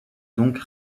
donc